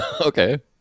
Okay